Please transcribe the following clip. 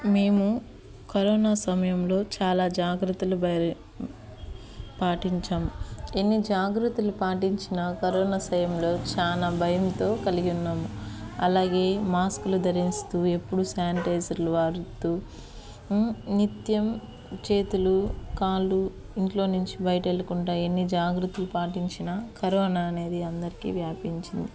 మేము కరోనా సమయంలో చాలా జాగ్రత్తలు పాటించాము ఎన్ని జాగ్రత్తలు పాటించినా కరోనా సమయంలో చాలా భయముతో కలిగి ఉన్నాము అలాగే మాస్కులు ధరిస్తూ ఎప్పుడూ శానిటైజర్లు వాడుతూ నిత్యం చేతులు కాళ్ళు ఇంట్లో నుంచి బయటకు వెళ్ళకుండా ఎన్ని జాగ్రత్తలు పాటించినా కరోనా అనేది అందరికీ వ్యాపించింది